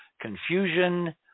confusion